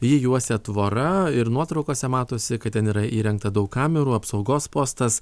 jį juosia tvora ir nuotraukose matosi kad ten yra įrengta daug kamerų apsaugos postas